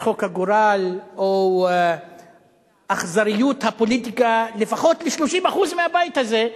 צחוק הגורל או אכזריות הפוליטיקה לפחות ל-30% מהבית הזה,